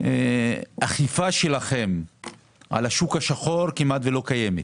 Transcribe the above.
אכיפה שלכם על השוק השחור כמעט ולא קיימת.